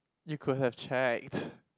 you could have checked